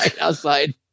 outside